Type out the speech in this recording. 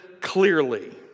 clearly